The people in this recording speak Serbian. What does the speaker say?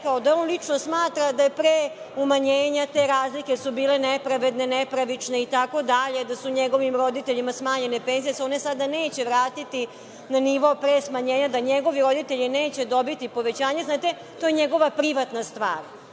da on lično smatra da su pre umanjenja te razlike bile nepravedne, nepravične, itd, da su njegovim roditeljima smanjene penzije, da se one sada neće vratiti na nivo pre smanjenja, da njegovi roditelji neće dobiti povećanje, znate, to je njegova privatna stvar.